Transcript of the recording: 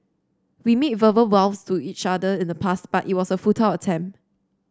we made verbal vows to each other in the past but it was a futile attempt